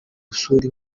gusura